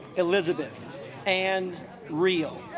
elizabeth and real